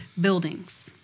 buildings